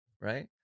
right